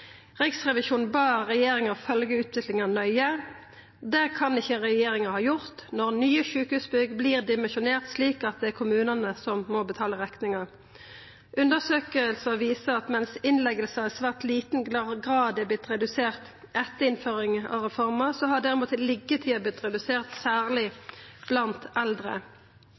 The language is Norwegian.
Riksrevisjonen bad regjeringa følgja utviklinga nøye. Det kan ikkje regjeringa ha gjort når nye sjukehusbygg vert dimensjonerte slik at det er kommunane som må betala rekninga. Undersøkingar viser at mens talet på innleggingar i svært liten grad har vorte redusert etter innføringa av reforma, har liggjetida, derimot, vorte redusert, særleg blant eldre.